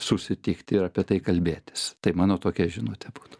susitikti ir apie tai kalbėtis tai mano tokia žinutė būtų